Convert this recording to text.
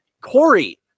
Corey